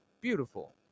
Beautiful